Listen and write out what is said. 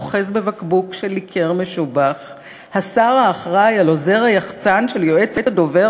/ אוחז בבקבוק של ליקר משובח / השר האחראי על עוזר היחצן / של יועץ הדובר